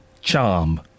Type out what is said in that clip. charm